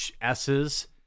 s's